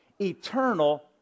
eternal